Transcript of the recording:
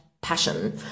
passion